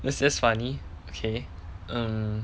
this is funny okay um